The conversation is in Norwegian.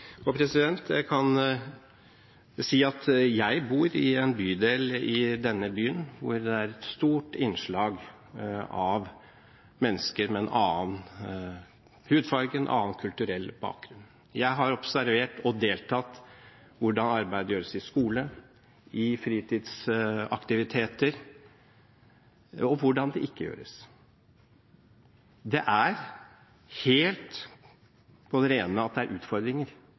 Jeg kan si at jeg bor i en bydel i denne byen hvor det er et stort innslag av mennesker med en annen hudfarge, en annen kulturell bakgrunn. Jeg har observert, og deltatt i, hvordan arbeidet gjøres i skolen og ved fritidsaktiviteter – og hvordan det ikke gjøres. Det er helt på det rene at det er utfordringer,